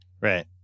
Right